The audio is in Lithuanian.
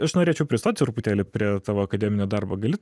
aš norėčiau pristot truputėlį prie tavo akademinio darbo gali